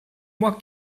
moi